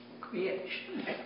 Creation